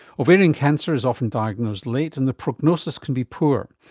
ovarian cancer is often diagnosed late and the prognosis can be poor,